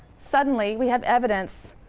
suddenly, we have evidence,